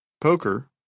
Poker